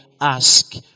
ask